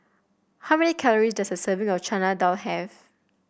how many calories does a serving of Chana Dal have